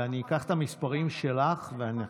אני אקח את המספרים שלך ואני אענה.